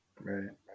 right